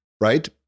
right